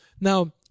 Now